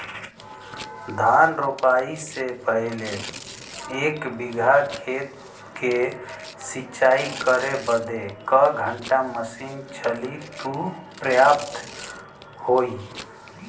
धान रोपाई से पहिले एक बिघा खेत के सिंचाई करे बदे क घंटा मशीन चली तू पर्याप्त होई?